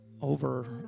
over